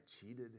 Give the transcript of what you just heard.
cheated